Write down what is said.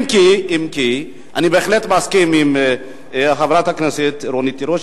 אם כי אני בהחלט מסכים עם חברת הכנסת רונית תירוש,